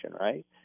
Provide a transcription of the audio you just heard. right